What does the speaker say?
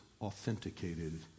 authenticated